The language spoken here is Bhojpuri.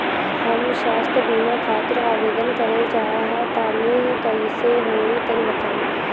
हम स्वास्थ बीमा खातिर आवेदन करल चाह तानि कइसे होई तनि बताईं?